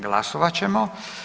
Glasovat ćemo.